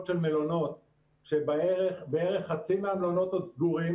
של מלונות כשבערך חצי מהמלונות עוד סגורים